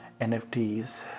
NFTs